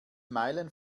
meilen